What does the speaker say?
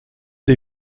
des